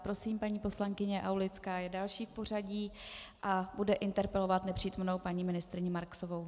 Prosím, paní poslankyně Aulická je další v pořadí a bude interpelovat nepřítomnou paní ministryni Marksovou.